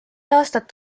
aastat